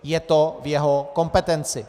Je to v jeho kompetenci.